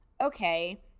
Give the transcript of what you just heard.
Okay